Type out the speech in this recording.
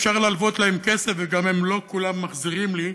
אפשר להלוות להם כסף וגם הם לא כולם מחזירים לי.